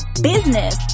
business